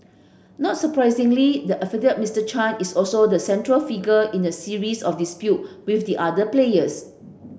not surprisingly the affable Mister Chan is also the central figure in a series of dispute with the other players